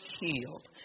healed